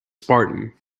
spartan